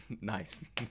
Nice